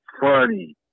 funny